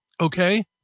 Okay